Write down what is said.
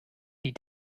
die